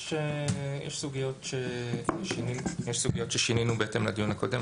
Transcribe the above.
יש סוגיות ששינינו בהתאם לדיון הקודם,